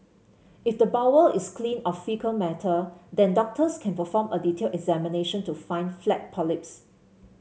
if the bowel is clean of faecal matter then doctors can perform a detailed examination to find flat polyps